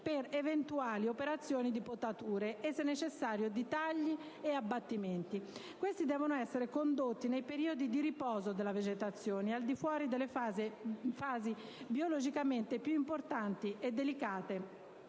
per eventuali operazioni di potature e, se necessario, di tagli e abbattimenti. Questi devono essere condotti nei periodi di riposo della vegetazione e al di fuori delle fasi biologicamente più importanti e delicate